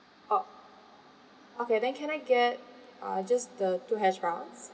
orh okay then can I get uh just the two hash browns